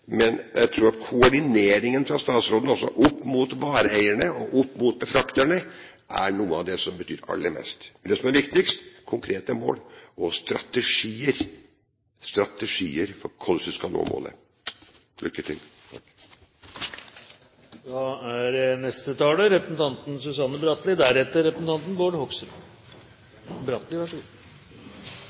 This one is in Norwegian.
Men jeg tror nok koordineringen fra statsråden også opp mot vareeierne og opp mot befrakterne er noe av det som betyr aller mest. Det som er viktigst, er konkrete mål og strategier – strategier for hvordan vi skal nå målet. Lykke til!